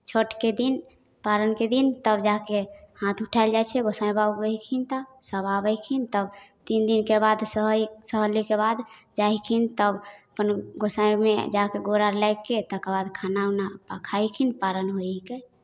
छठिके दिन पारनके दिन तब जा कऽ हाथ उठायल जाइ छै गोँसाइ बाबा उगलखिन तऽ सभ आबैखिन तब तीन दिनके बाद सहैके सहलैके बाद जाइखिन तब अपन गोँसाइमे जा कर गोर अर लागि कऽ तकर बाद खाना उना खयखिन पारन होइके